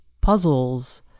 puzzles